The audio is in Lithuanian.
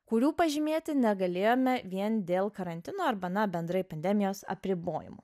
kurių pažymėti negalėjome vien dėl karantino arba na bendrai pandemijos apribojimų